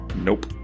Nope